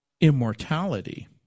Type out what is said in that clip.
immortality